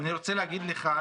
אני רוצה להגיד לך,